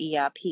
erp